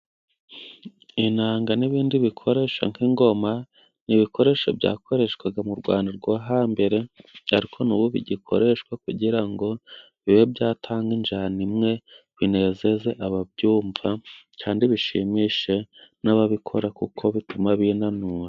Inanga n'ibindi bikoresha nk'ingoma, ni ibikoresho byakoreshwaga mu Rwanda rwo hambere, ariko n'ubu bigikoreshwa kugira ngo bibe byatanga injyana imwe, binezeze ababyumva kandi bishimishe n'ababikora kuko bituma binanura.